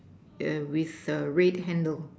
yeah with a red handle